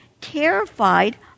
terrified